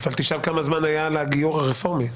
תשאל כמה זמן היה הדיון על הגיור הרפורמי.